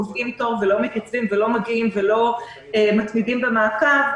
קובעים תור ולא מתייצבים ולא מתמידים במעקב,